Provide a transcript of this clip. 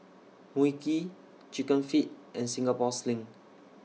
Mui Kee Chicken Feet and Singapore Sling